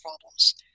problems